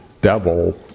devil